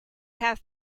have